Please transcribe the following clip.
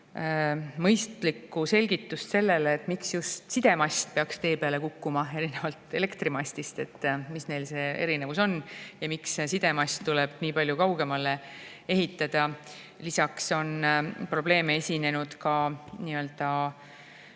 mõistlikku selgitust sellele, miks just sidemast peaks tee peale kukkuma erinevalt elektrimastist, mis erinevus neil on ja miks sidemast tuleb nii palju kaugemale ehitada. Lisaks on probleeme esinenud näiteks